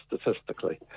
statistically